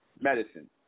medicine